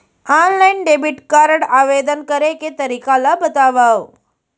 Online debit card आवेदन करे के तरीका ल बतावव?